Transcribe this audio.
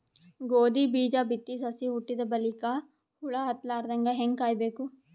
ಗೋಧಿ ಬೀಜ ಬಿತ್ತಿ ಸಸಿ ಹುಟ್ಟಿದ ಬಲಿಕ ಹುಳ ಹತ್ತಲಾರದಂಗ ಹೇಂಗ ಕಾಯಬೇಕು?